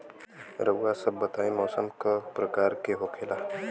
रउआ सभ बताई मौसम क प्रकार के होखेला?